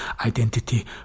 identity